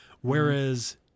Whereas